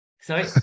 sorry